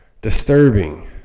disturbing